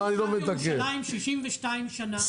תושב ירושלים 62 שנה.